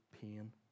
pain